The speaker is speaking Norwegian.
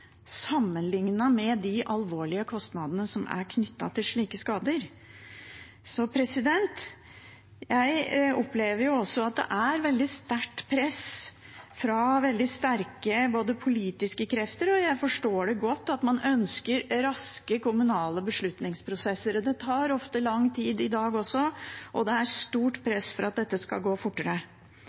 med de alvorlige kostnadene som er knyttet til slike skader. Jeg opplever også at det er veldig sterkt press fra veldig sterke politiske krefter, og jeg forstår godt at man ønsker raske kommunale beslutningsprosesser. Det tar ofte lang tid i dag også, og det er stort press for at dette skal gå fortere.